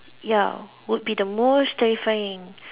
ya would be the most terrifying